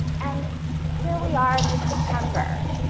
and here we are, mid-september,